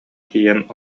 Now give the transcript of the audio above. тиийэн